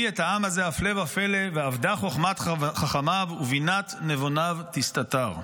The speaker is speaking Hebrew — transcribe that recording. את העם הזה הפלא ופלא ואבדה חכמת חכמיו ובינת נְבֹנָיו תסתתָּר".